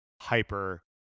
hyper